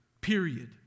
period